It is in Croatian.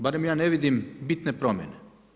Barem ja ne vidim bitne promjene.